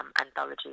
Anthology